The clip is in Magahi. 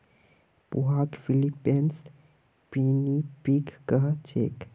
पोहाक फ़िलीपीन्सत पिनीपिग कह छेक